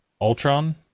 Ultron